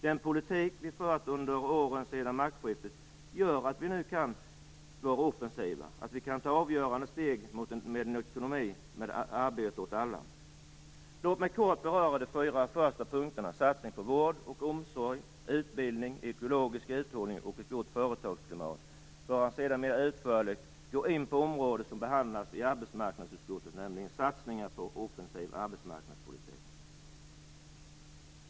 Den politik vi fört under åren sedan maktskiftet gör att vi nu kan vara offensiva och ta avgörande steg mot en ekonomi med arbete åt alla. Låt mig först kort beröra de fyra första punkterna: satsning på vård och omsorg, utbildning, ekologisk uthållighet och ett gott företagsklimat. Sedan går jag mer utförligt in på områden som behandlats i arbetsmarknadsutskottet, nämligen satsningar på offensiv arbetsmarknadspolitik.